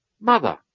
Mother